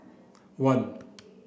one